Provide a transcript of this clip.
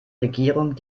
regierung